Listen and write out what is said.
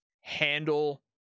handle